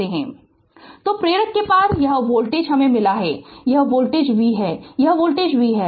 Refer Slide Time 1856 तो प्रेरक के पार यह वोल्टेज हमें मिला है कि यह वोल्टेज है v हैं कि यह वोल्टेज v है